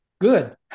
good